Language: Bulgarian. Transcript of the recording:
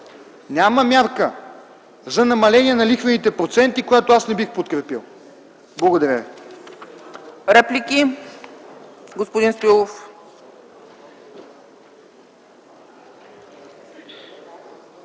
няма марка за намаление на лихвените проценти, която аз не бих подкрепил. Благодаря